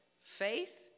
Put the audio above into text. faith